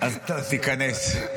אז תיכנס.